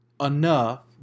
Enough